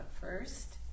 first